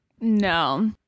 No